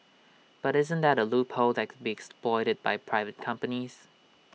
but isn't that A loophole that could be exploited by private companies